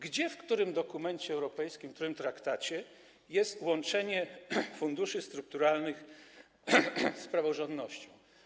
Gdzie, w którym dokumencie europejskim, w którym traktacie jest łączenie funduszy strukturalnych z praworządnością?